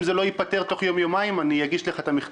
אם זה לא ייפתר אני אגיש את לך את המכתב